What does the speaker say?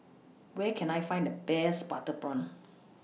Where Can I Find The Best Butter Prawn